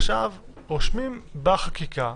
עכשיו רושמים בחקיקה